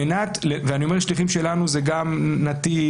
כשאני אומר "השליחים שלנו" זה גם נתיב,